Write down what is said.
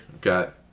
Got